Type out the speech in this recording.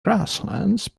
grasslands